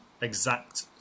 exact